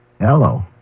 hello